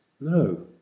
No